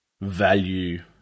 value